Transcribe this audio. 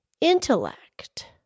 intellect